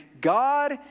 God